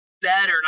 better